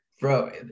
Bro